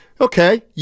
Okay